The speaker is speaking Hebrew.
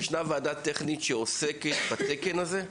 ישנה ועדה טכנית שעוסקת בתקן הזה?